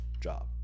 job